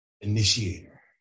initiator